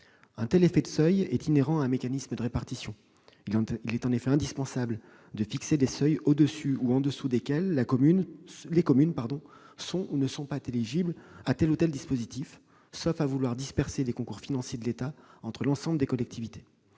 Un tel effet de seuil est inhérent aux mécanismes de répartition. Il est en effet indispensable de fixer des seuils au-dessus ou en dessous desquels les communes sont ou ne sont pas éligibles à tel ou tel dispositif. Si l'on ne procède pas ainsi, on dispersera nécessairement les concours financiers de l'État entre l'ensemble des collectivités.